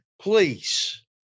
Please